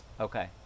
Okay